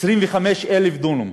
325,000 דונם,